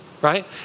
right